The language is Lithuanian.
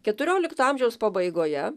keturiolikto amžiaus pabaigoje